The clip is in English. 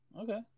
Okay